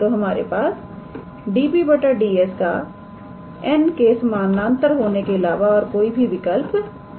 तो हमारे पास 𝑑𝑏̂ 𝑑𝑠 का 𝑛̂ के समानांतर होने के अलावा और कोई विकल्प नहीं है